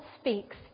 speaks